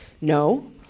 No